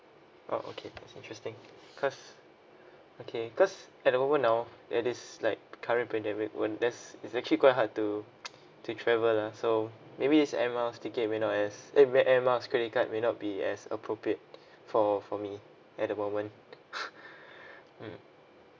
oh okay it's interesting because okay because at the moment now it is like the current pandemic were less it's actually quite hard to to travel lah so maybe this Air Miles ticket may not as eh Air Miles credit card may not be as appropriate for for me at the moment mm